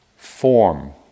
Form